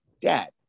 Dad